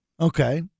Okay